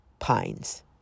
pines